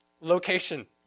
Location